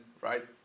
right